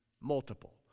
multiple